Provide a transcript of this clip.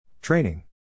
Training